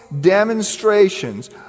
demonstrations